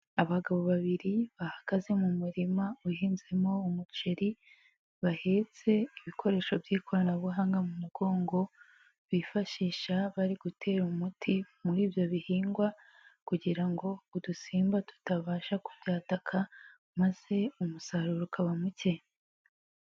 Abagabo babiri bahagaze mu murima uhinzemo umuceri bahetse ibikoresho by'ikoranabuhanga mu mugongo, bifashisha bari gutera umuti muri ibyo bihingwa kugira ngo udusimba tutabasha kubyataka maze umusaruro ukaba muke.